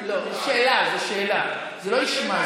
האם על זה אתה מוותר, על סגן שר האוצר?